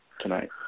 tonight